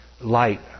light